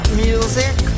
music